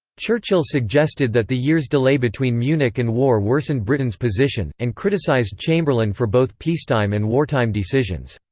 churchill suggested that the year's delay between munich and war worsened britain's position, and criticised chamberlain for both peacetime and wartime decisions.